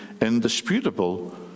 indisputable